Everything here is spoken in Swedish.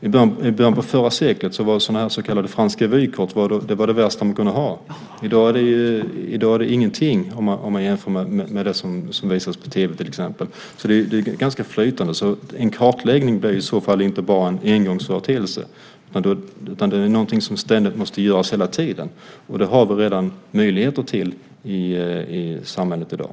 I början på förra seklet var så kallade franska vykort det värsta man kunde ha. I dag är det ingenting i jämförelse med det som visas på tv, till exempel. Det är en ganska flytande gräns. En kartläggning blir i så fall ingen engångsföreteelse utan något som ständigt måste göras. Vi har redan möjligheter till det i samhället i dag.